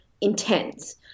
intense